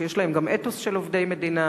שיש להם גם אתוס של עובדי מדינה,